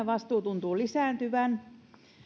vastuu tuntuu lisääntyvän